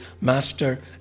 master